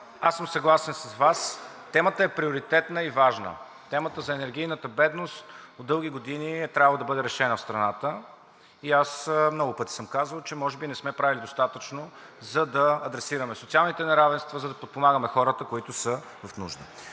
съм с Вас – темата е приоритетна и важна. Темата за енергийната бедност от дълги години е трябвало да бъде решена в страната. Много пъти съм казвал, че може би не сме правили достатъчно, за да адресираме социалните неравенства, за да подпомагаме хората, които са в нужда.